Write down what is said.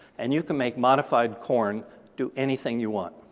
and you can make modified corn do anything you want.